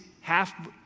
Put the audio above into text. half